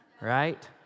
Right